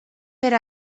per